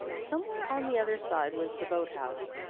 somewhere on the other side was the boat-house,